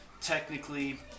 technically